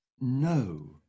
No